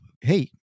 hey